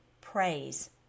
praise